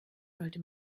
sollte